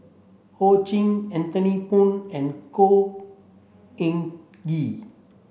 Ho Ching Anthony Poon and Khor Ean Ghee